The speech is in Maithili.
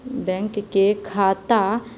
बैंकके खाता